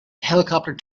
helicopter